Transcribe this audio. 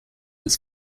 its